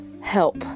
help